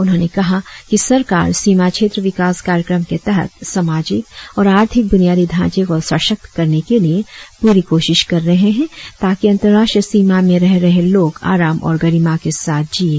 उन्होंने कहा कि सरकार सीमा क्षेत्र विकास कार्यक्रम के तहत सामाजिक और आर्थिक ब्रनियादी ढांचे को सशक्त करने के लिए पूरी कोशिश कर कहे है ताकि अंतर्राष्ट्रीय सीमा में रह रहे लोग आराम और गरिमा के साथ जिये